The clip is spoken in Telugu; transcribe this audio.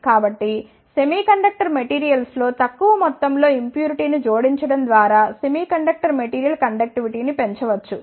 కాబట్టి సెమీకండక్టర్ మెటీరియల్స్ లో తక్కువ మొత్తం లో ఇంప్యూరిటీను జోడించడం ద్వారా సెమీకండక్టర్ మెటీరియల్ కండక్టివిటీని పెంచవచ్చు